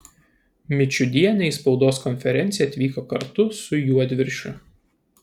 mičiudienė į spaudos konferenciją atvyko kartu su juodviršiu